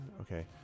Okay